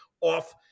off